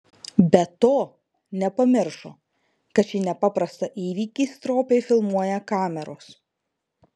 be to nepamiršo kad šį nepaprastą įvykį stropiai filmuoja kameros